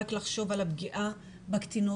רק לחשוב על הפגיעה בקטינות,